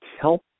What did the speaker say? Help